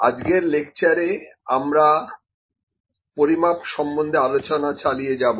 আজকের লেকচারে আমরা পরিমাপ সম্বন্ধে আলোচনা চালিয়ে যাব